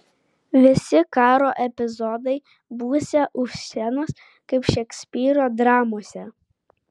visi karo epizodai būsią už scenos kaip šekspyro dramose